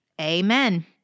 amen